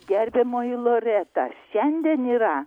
gerbiamoji loreta šiandien yra